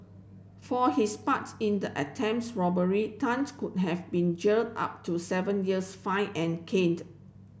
for his parts in the attempts robbery Tan's could have been jailed up to seven years fined and caned